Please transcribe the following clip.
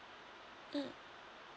mm